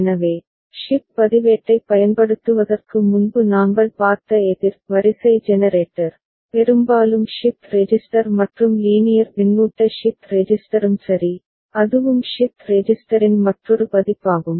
எனவே ஷிப்ட் பதிவேட்டைப் பயன்படுத்துவதற்கு முன்பு நாங்கள் பார்த்த எதிர் வரிசை ஜெனரேட்டர் பெரும்பாலும் ஷிப்ட் ரெஜிஸ்டர் மற்றும் லீனியர் பின்னூட்ட ஷிப்ட் ரெஜிஸ்டரும் சரி அதுவும் ஷிப்ட் ரெஜிஸ்டரின் மற்றொரு பதிப்பாகும்